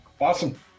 awesome